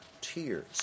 tears